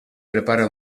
prepara